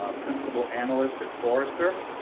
ah principal analyst at forrester.